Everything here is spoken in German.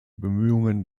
bemühungen